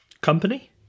Company